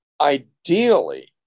ideally